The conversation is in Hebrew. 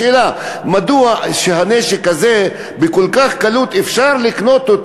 השאלה, מדוע אפשר לקנות את